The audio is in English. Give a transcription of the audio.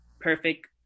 perfect